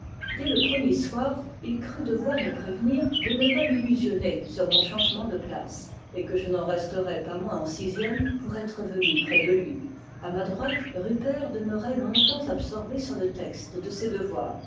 dès le premier soir il crut devoir me prévenir de ne pas m'illusionner sur mon changement de place et que je n'en resterais pas moins en sixième pour être venu près de lui a ma droite rupert demeurait longtemps absorbé sur le texte de ses devoirs